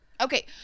okay